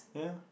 yeah